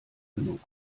genug